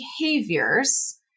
behaviors